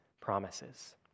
promises